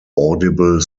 audible